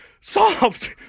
soft